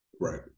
right